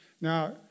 Now